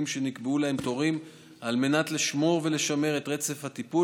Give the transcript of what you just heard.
שנקבעו להם תורים על מנת לשמור ולשמר את רצף הטיפול